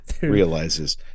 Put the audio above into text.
realizes